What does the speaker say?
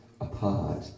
apart